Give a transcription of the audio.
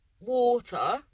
water